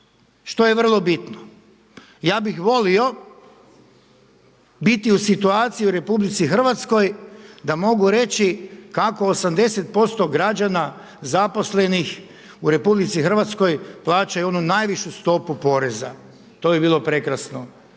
što je vrlo bitno. Ja bih volio biti u situaciji u RH da mogu reći kako 80% građana zaposlenih u RH plaćaju onu najvišu stopu poreza, to bi bilo prekrasno